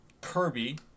Kirby